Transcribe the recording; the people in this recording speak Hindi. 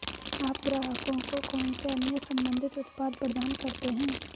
आप ग्राहकों को कौन से अन्य संबंधित उत्पाद प्रदान करते हैं?